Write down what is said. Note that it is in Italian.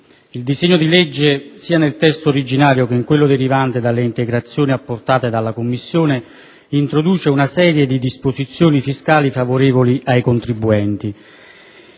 il disegno di legge in esame, sia nel testo originario, sia in quello derivante dalle integrazioni apportate dalla Commissione, introduce una serie di disposizioni fiscali favorevoli ai contribuenti.